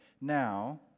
now